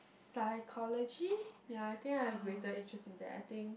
psychology ya I think I have greater interest in that I think